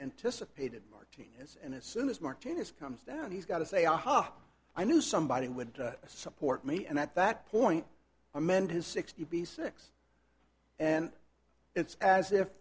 anticipated martinez and as soon as martinez comes down he's got to say aha i knew somebody would support me and at that point amend his sixty six and it's as if